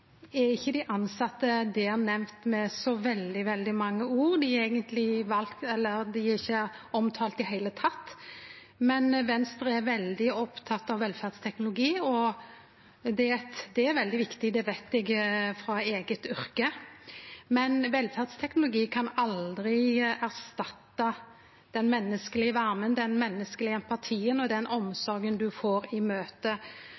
er ikkje dei tilsette nemnde med så veldig mange ord. Eigentleg er dei ikkje omtala i det heile, men Venstre er veldig oppteke av velferdsteknologi. Det er veldig viktig – det veit eg frå eige yrke – men velferdsteknologi kan aldri erstatte den menneskelege varmen, den menneskelege empatien og den omsorgen ein får i møte